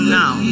now